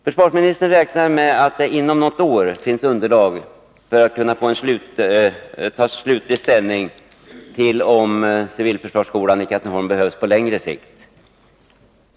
Försvarsministern räknar med att det inom något år finns underlag för att kunna ta slutlig ställning till om civilförsvarsskolan i Katrineholm behövs på längre sikt.